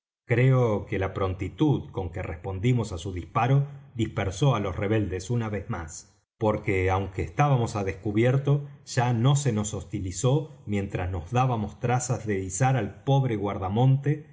creo que la prontitud con que respondimos á su disparo dispersó á los rebeldes una vez más porque aunque estábamos á descubierto ya no se nos hostilizó mientras nos dábamos trazas de izar al pobre